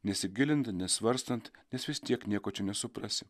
nesigilinti nesvarstant nes vis tiek nieko čia nesuprasi